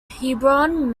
hebron